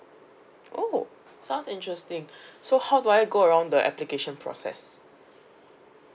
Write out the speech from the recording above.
oh sounds interesting so how do I go around the application process